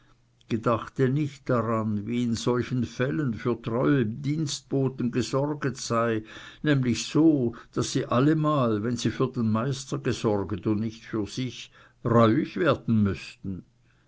gedachte nicht daran wie in solchen fällen für treue dienstboten gesorget sei nämlich so daß sie allemal wenn sie für den meister gesorget und nicht für sich reuig werden mußten